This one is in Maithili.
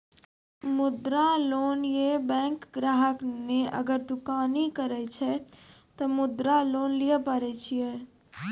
मुद्रा लोन ये बैंक ग्राहक ने अगर दुकानी करे छै ते मुद्रा लोन लिए पारे छेयै?